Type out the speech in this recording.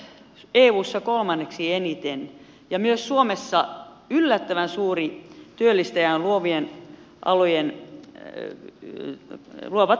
ne työllistävät eussa kolmanneksi eniten ja myös suomessa yllättävän suuri työllistäjä ovat luovat alat